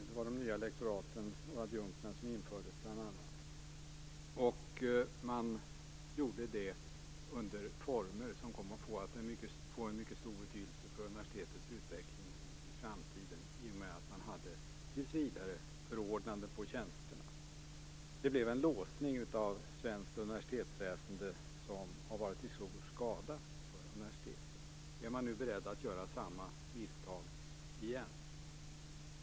Det var nya lektorat och adjunkttjänster som bl.a. infördes. Man gjorde det under former som kom att få en mycket stor betydelse för universitetets utveckling i framtiden eftersom tjänsterna var tillsvidareförordnanden. Det blev en låsning av svenskt universitetsväsende som har varit till stor skada för universitetet. Är man nu beredd att göra samma misstag igen?